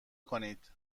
کنید